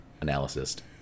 analyst